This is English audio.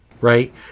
right